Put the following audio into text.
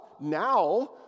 Now